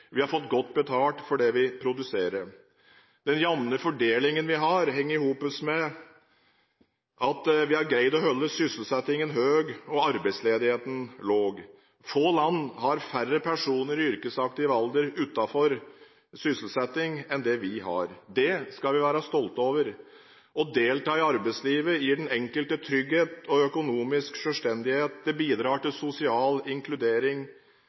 Vi har fått godt betalt for det vi produserer. Den jevne fordelingen vi har, henger sammen med at vi har greid å holde sysselsettingen høy og arbeidsledigheten lav. Få land har færre personer i yrkesaktiv alder utenfor sysselsetting enn det vi har. Det skal vi være stolte over. Å delta i arbeidslivet gir den enkelte trygghet og økonomisk selvstendighet. Det bidrar til sosial inkludering.